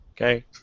Okay